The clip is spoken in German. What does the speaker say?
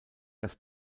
dass